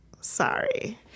Sorry